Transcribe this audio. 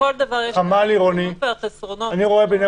לכל דבר יש את היתרונות והחסרונות שלו.